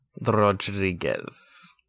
Rodriguez